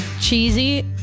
cheesy